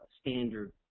standard